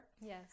Yes